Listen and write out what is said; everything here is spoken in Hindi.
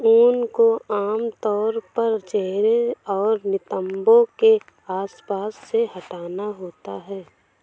ऊन को आमतौर पर चेहरे और नितंबों के आसपास से हटाना होता है